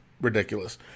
Ridiculous